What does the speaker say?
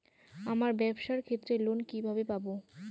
আমার ব্যবসার ক্ষেত্রে লোন কিভাবে পাব?